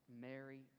Mary